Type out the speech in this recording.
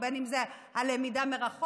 או בין אם זה הלמידה מרחוק,